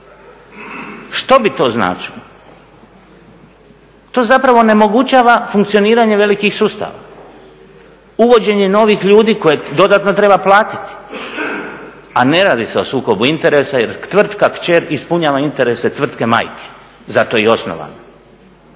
Što bi to značilo? To onemogućava funkcioniranje velikih sustava, uvođenjem novih ljudi koje dodatno treba platiti, a ne radi se o sukobu interesa jer tvrtka kćer ispunjava interes tvrtke majke zato je i osnovana.